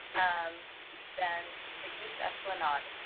um then the east essilin on.